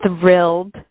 thrilled